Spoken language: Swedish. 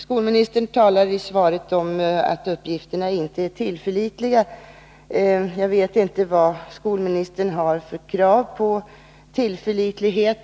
Skolministern säger i svaret att de uppgifter Hans Nyhage fått inte är tillförlitliga. Jag vet inte vad skolministern har för krav på tillförlitlighet.